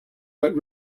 but